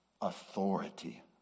authority